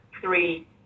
three